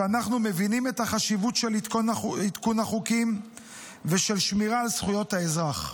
ושאנחנו מבינים את החשיבות של עדכון החוקים ושל שמירה על זכויות האזרח.